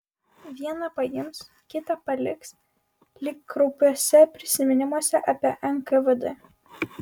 vieną paims kitą paliks lyg kraupiuose prisiminimuose apie nkvd